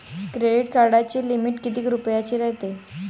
Credit कार्डाची limit कितीक रुपयाची रायते?